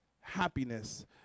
happiness